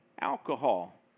alcohol